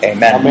Amen